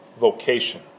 vocation